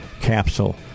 capsule